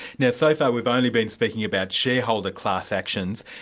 now so far we've only been speaking about shareholder class actions.